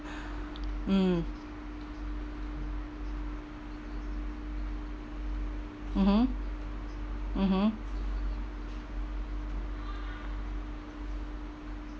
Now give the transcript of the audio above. mm mm mm mm mm